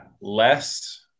Less